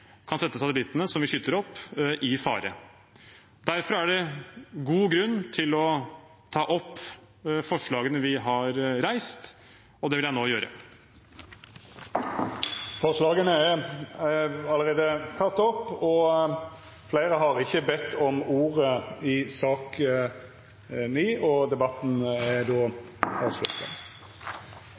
kan brukes i deres offensive atomubåtprogram, som igjen kan sette satellittene som vi skyter opp, i fare. Derfor er det god grunn til å ta opp forslagene vi har fremmet. Fleire har ikkje bedt om ordet til sak nr. 9. Etter ønske frå transport- og